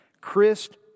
Christ